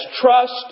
Trust